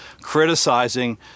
criticizing